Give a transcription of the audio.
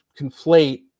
conflate